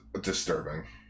disturbing